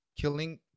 killing